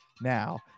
now